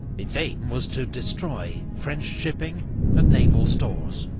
its aim was to destroy french shipping and naval stores.